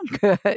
good